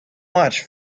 much